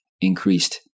increased